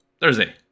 thursday